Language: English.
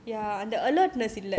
very good for you